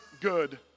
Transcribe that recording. good